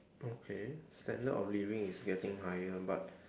okay standard of living is getting higher but